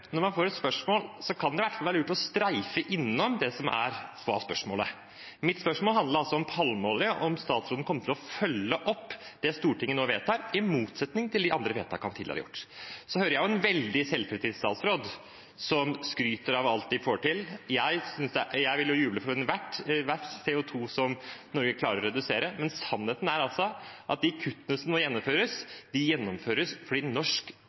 Når man får et spørsmål, kan det i hvert fall være lurt å streife innom det spørsmålet. Mitt spørsmål handlet om palmeolje, om statsråden kommer til å følge opp det Stortinget nå vedtar, i motsetning til hva han tidligere har gjort med de andre vedtakene. Så hører jeg en veldig selvtilfreds statsråd som skryter av alt man får til. Jeg ville jo jublet for hvert CO 2 som Norge klarer å redusere, men sannheten er at de kuttene som nå gjennomføres, gjennomføres fordi norsk